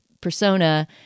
persona